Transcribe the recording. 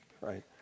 right